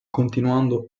continuando